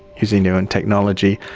using their own technology.